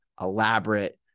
elaborate